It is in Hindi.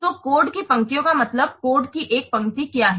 तो कोड की पंक्तियों का मतलब है कोड की एक पंक्ति क्या है